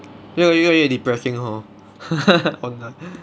越来越 depressing hor